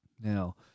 Now